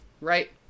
right